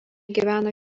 gyvena